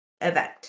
event